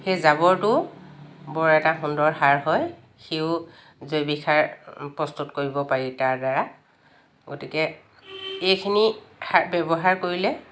সেই জাবৰটো বৰ এটা সুন্দৰ সাৰ হয় সিও জৈৱিক সাৰ প্ৰস্তুত কৰিব পাৰি তাৰ দ্বাৰা গতিকে এইখিনি সাৰ ব্যৱহাৰ কৰিলে